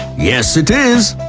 yes, it is!